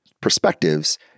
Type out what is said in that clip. perspectives